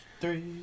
Three